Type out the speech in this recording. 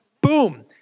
boom